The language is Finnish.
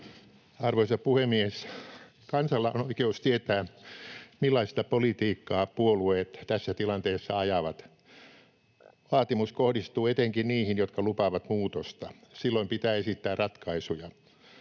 Arvoisa puhemies! Kansalla on oikeus tietää, millaista politiikkaa puolueet tässä tilanteessa ajavat. Vaatimus kohdistuu etenkin niihin, jotka lupaavat muutosta. Silloin pitää esittää ratkaisuja.